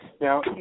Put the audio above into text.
Now